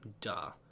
duh